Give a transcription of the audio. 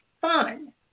fun